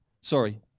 Sorry